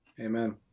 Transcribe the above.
Amen